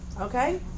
Okay